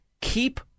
keep